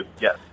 yes